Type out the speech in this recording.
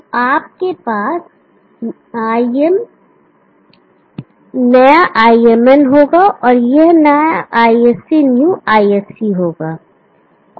तो आपके पास Im नया Imn होगा और यह नया ISC new ISCn होगा